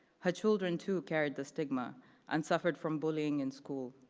her children too carried the stigma and suffered from bullying in school.